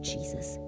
Jesus